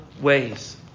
ways